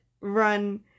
run